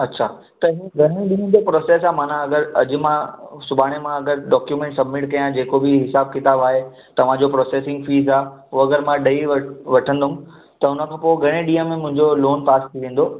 अछा त हीअं घणनि ॾींहनि जो प्रोसेस आहे माना अगरि अॼु मां सुभाणो मां डॉक्यूमेंट सब्मिट कयां जेको बि हिसाबु किताबु आहे तव्हांजो प्रोसेसिंग फीस आहे हू मां अगरि ॾेई वठंदुमि त हुन खां पोइ घणे ॾींहं में मुंहिंजो लोन पास थी वेंदो